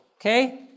okay